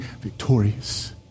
victorious